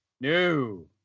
no